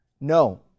No